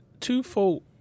twofold